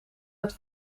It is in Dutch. het